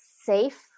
safe